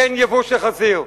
אין ייבוא של חזיר,